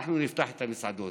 אנחנו נפתח את המסעדות.